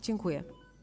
Dziękuję.